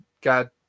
God